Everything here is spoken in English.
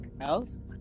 Else